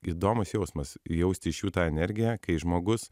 įdomus jausmas įjausti jų tą energiją kai žmogus